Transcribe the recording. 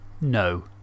No